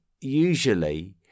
usually